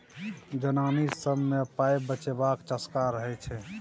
जनानी सब मे पाइ बचेबाक चस्का रहय छै